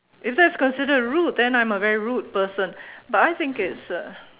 if that's considered rude then I'm a very rude person but I think it's uh